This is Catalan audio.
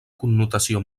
connotació